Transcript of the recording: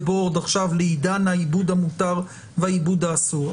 board עכשיו לעידן העיבוד המותר והעיבוד האסור,